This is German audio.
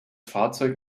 fahrzeug